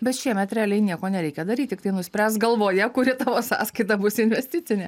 bet šiemet realiai nieko nereikia daryti tiktai nuspręst galvoje kuri tavo sąskaita bus investicinė